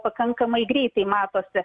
pakankamai greitai matosi